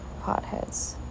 potheads